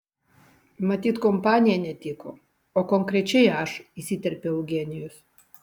matyt kompanija netiko o konkrečiai aš įsiterpė eugenijus